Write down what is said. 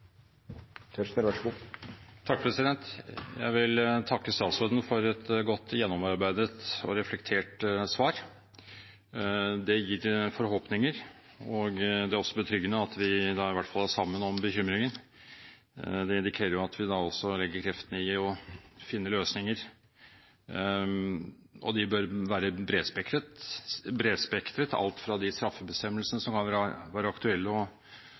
Jeg vil takke statsråden for et godt, gjennomarbeidet og reflektert svar. Det gir forhåpninger. Det er også betryggende at vi da i hvert fall er sammen om bekymringen. Det indikerer at vi også legger kreftene i å finne løsninger. De bør være bredspektret – alt fra de straffebestemmelsene som kan være aktuelle